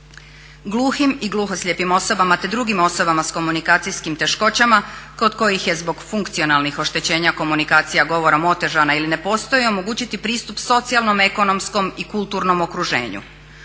Gluhim i gluhoslijepim osobama te drugim osobama sa komunikacijskim teškoćama kod kojih je zbog funkcionalnih oštećenja komunikacija govorom otežana ili ne postoji omogućiti pristup socijalnom, ekonomskom i kulturnom okruženju.